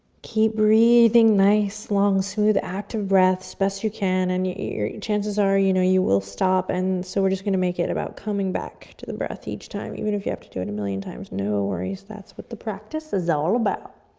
keep breathing nice long, smooth, active breaths best you can, and chances are you know you will stop, and so we're just going to make it about coming back to the breath each time, even if you have to do it a million times, no worries, that's what the practice is all about.